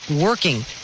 working